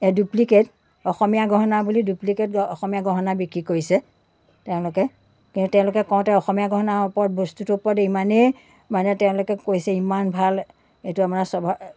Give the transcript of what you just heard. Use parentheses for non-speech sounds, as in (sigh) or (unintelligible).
এয়া ডুপ্লিকেট অসমীয়া গহণা বুলি ডুপ্লিকেট অসমীয়া গহণা বিক্ৰী কৰিছে তেওঁলোকে কিন্তু তেওঁলোকে কওঁতে অসমীয়া গহণাৰ ওপৰত বস্তুটোৰ ওপৰত ইমানেই মানে তেওঁলোকে কৈছে ইমান ভাল এইটো মানে (unintelligible)